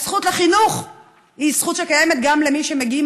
הזכות לחינוך היא זכות שקיימת גם למי שמגיעים